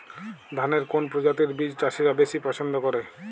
ধানের কোন প্রজাতির বীজ চাষীরা বেশি পচ্ছন্দ করে?